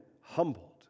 humbled